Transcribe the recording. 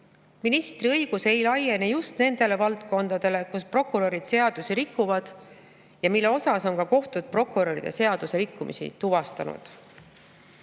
ministri õigus ei laiene just nendele valdkondadele, kus prokurörid seadusi rikuvad ja kus on ka kohtud prokuröride seadusrikkumisi tuvastanud.